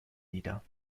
nieder